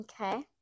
Okay